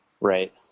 right